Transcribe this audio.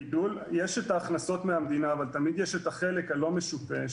יש את ההכנסות מהמדינה אבל תמיד יש את החלק הלא משופה,